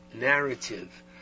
narrative